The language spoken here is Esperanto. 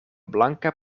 blanka